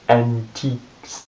antiques